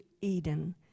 Eden